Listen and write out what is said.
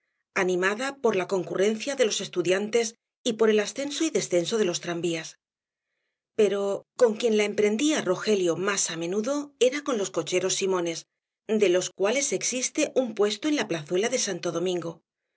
animada por la concurrencia de los estudiantes y por el ascenso y descenso de los tranvías pero con quien la emprendía rogelio más á menudo era con los cocheros simones de los cuales existe un puesto en la plazuela de santo domingo